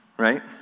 Right